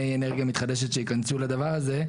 האנרגיה המתחדשת שייכנסו לדבר הזה.